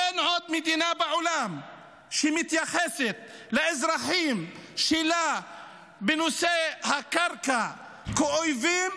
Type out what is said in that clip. אין עוד מדינה בעולם שמתייחסת לאזרחים שלה בנושא הקרקע כאל אויבים,